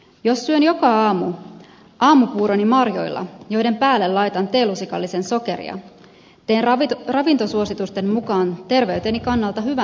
jos syön joka aamu aamupuuroni marjoilla joiden päälle laitan teelusikallisen sokeria teen ravintosuositusten mukaan terveyteni kannalta hyvän valinnan